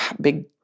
big